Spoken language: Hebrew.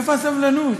איפה הסבלנות?